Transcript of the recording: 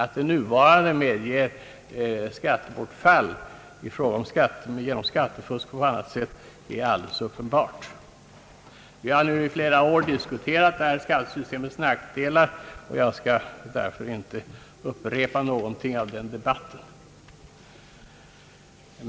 Att det nuvarande medger skattebortfall genom skattefusk och även på annat sätt är alldeles uppenbart torde många vara eniga om. Vi har under flera år diskuterat det nuvarande skattesystemets nackdelar, och jag skall därför inte upprepa någonting av den debatten.